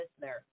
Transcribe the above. listener